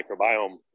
microbiome